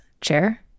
Chair